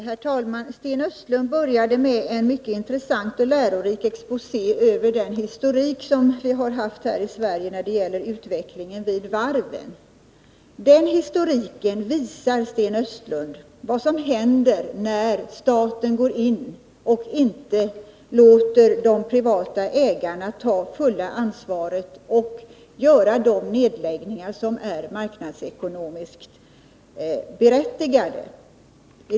Herr talman! Sten Östlund började med en mycket intressant och lärorik exposé över den historik som vi har haft i Sverige när det gäller utvecklingen vid varven. Den historiken visar vad som händer när staten går in och inte låter de privata ägarna ta fulla ansvaret för de nedläggningar som är marknadsekomiskt berättigade.